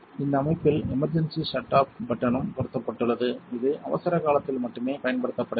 இந்த அமைப்பில் emergency shut off பட்டனும் பொருத்தப்பட்டுள்ளது இது அவசரகாலத்தில் மட்டுமே பயன்படுத்தப்பட வேண்டும்